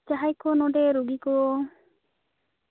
ᱡᱟᱦᱟᱸᱭ ᱠᱚ ᱱᱚᱸᱰᱮ ᱨᱩᱜᱤ ᱠᱚ